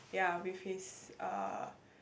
ya with his uh